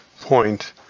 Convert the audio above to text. point